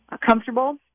comfortable